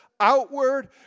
Outward